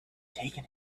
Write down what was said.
taken